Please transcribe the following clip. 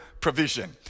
provision